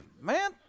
man